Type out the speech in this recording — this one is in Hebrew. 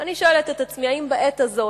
ואני שואלת את עצמי, האם בעת הזאת,